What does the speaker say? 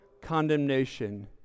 condemnation